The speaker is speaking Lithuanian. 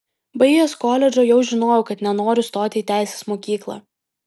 baigęs koledžą jau žinojau kad nenoriu stoti į teisės mokyklą